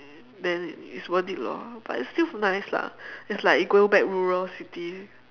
then it's worth it lor but it's still nice lah it's like going back rural city